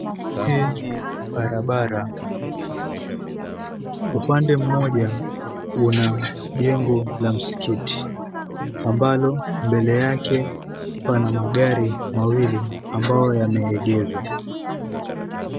Hii ni barabara upande mmoja kuna jengo la msikiti ambalo mbele yake pana magari mawili ambayo yameegezwa.